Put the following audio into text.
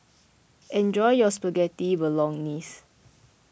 enjoy your Spaghetti Bolognese